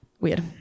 Weird